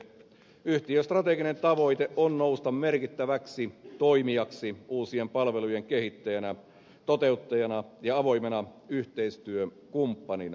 yhtiön strateginen tavoite on nousta merkittäväksi toimijaksi uusien palvelujen kehittäjänä toteuttajana ja avoimena yhteistyökumppanina